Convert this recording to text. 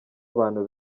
abantu